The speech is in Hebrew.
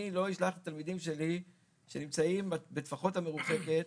אני לא אשלח תלמידים שלי שנמצאים בטפחות המרוחקת